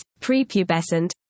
prepubescent